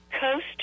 Coast